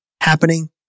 happening